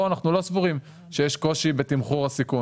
פה אנחנו לא סבורים שיש קושי בתמחור הסיכון.